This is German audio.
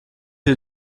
die